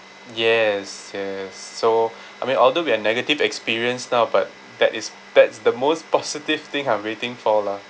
yes yes so I mean although we are negative experience now but that is that's the most positive thing I'm waiting for lah